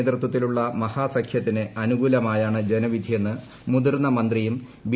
നേതൃത്വത്തിലുള്ള മഹാസഖ്യത്തിന് അനുകൂലമായാണ് ജനവിധിയെന്ന് മുതിർന്ന മന്ത്രിയും ബി